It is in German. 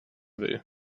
will